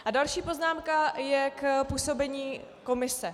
A další poznámka je k působení komise.